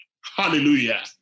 Hallelujah